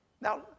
Now